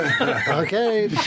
Okay